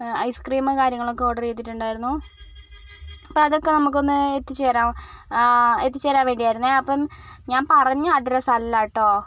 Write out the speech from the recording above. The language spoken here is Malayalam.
ഐസ്ക്രീമും കാര്യങ്ങളൊക്കെ ഓർഡർ ചെയ്തിട്ടുണ്ടായിരുന്നു അപ്പം അതൊക്കെ നമുക്കൊന്ന് എത്തിച്ചു തരാൻ എത്തിച്ചു തരാൻ വേണ്ടിയായിരുന്നേ അപ്പോൾ ഞാൻ പറഞ്ഞ അഡ്രസ്സ് അല്ലാ കെട്ടോ